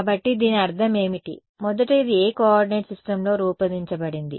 కాబట్టి దీని అర్థం ఏమిటి మొదట ఇది ఏ కోఆర్డినేట్ సిస్టమ్లో రూపొందించబడింది